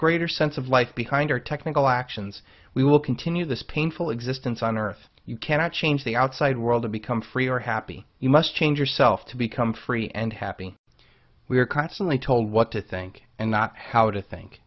greater sense of life behind our technical actions we will continue this painful existence on earth you cannot change the outside world to become free or happy you must change yourself to become free and happy we are constantly told what to think and not how to think